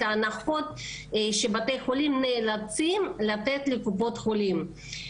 ההנחות שבתי החולים נאלצים לתת לקופות החולים.